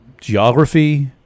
geography